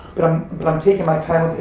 but i'm but i'm taking my time with it.